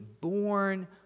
born